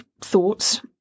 thoughts